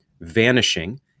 vanishing